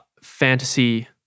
fantasy